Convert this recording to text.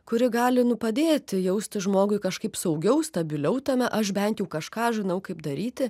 kuri gali nu padėti jaustis žmogui kažkaip saugiau stabiliau tame aš bent jau kažką žinau kaip daryti